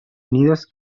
unidos